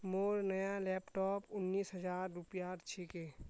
मोर नया लैपटॉप उन्नीस हजार रूपयार छिके